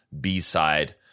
B-side